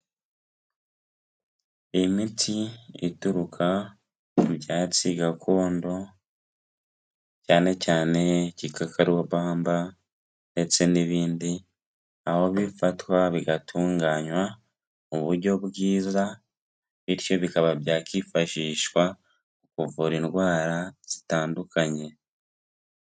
Imiti ituruka ku byatsi gakondo cyane cyane igikakarubamba ndetse n'ibindi aho bifatwa bigatunganywa mu buryo bwiza bityo bikaba byakifashishwa kuvura indwara zitandukanye.